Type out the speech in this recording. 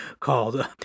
called